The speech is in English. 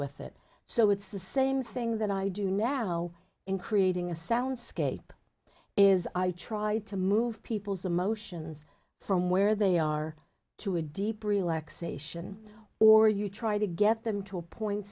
with it so it's the same thing that i do now in creating a soundscape is i tried to move people's emotions from where they are to a deep relaxation or you try to get them to a point